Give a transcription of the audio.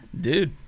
dude